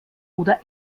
oder